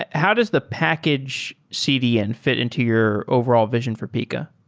and how does the package cdn fit into your overall vision for pika?